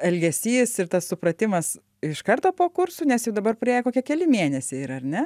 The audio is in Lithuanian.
elgesys ir tas supratimas iš karto po kursų nes jau dabar praėję kokie keli mėnesiai yra ar ne